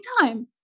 time